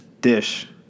dish